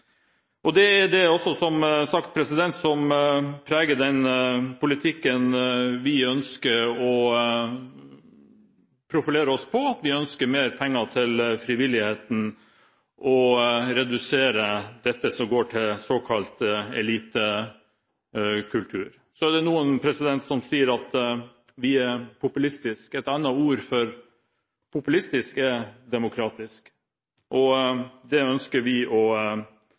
Og det er som sagt det som preger den politikken vi ønsker å profilere oss på, at vi ønsker mer penger til frivilligheten og å redusere det som går til såkalt elitekultur. Så er det noen som sier at vi er populistiske. Et annet ord for populistisk er demokratisk, og det ønsker vi å